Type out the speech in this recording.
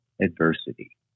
adversity